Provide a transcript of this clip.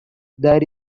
there